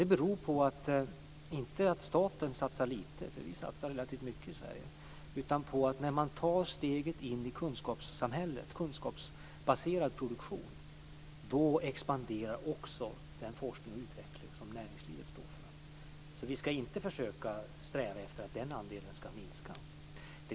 Det beror inte på att staten satsar lite. Vi satsar relativt mycket i Sverige. Det beror på att när man tar steget in i kunskapssamhället, in i kunskapsbaserad produktion, expanderar också den forskning och utveckling som näringslivet står för. Vi ska inte försöka sträva efter att den andelen ska minska.